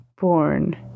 born